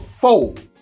fold